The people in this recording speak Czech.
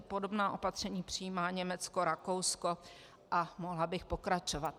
Podobná opatření přijímá Německo, Rakousko a mohla bych pokračovat.